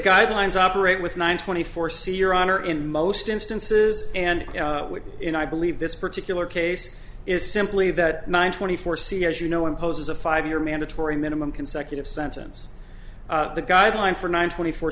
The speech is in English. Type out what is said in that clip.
guidelines operate with nine twenty four see your honor in most instances and i believe this particular case is simply that nine twenty four c as you know imposes a five year mandatory minimum consecutive sentence the guideline for nine twenty four